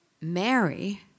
Mary